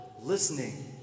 listening